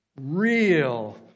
real